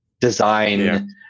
design